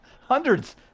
hundreds